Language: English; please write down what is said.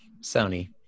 Sony